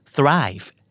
Thrive